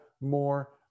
more